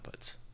outputs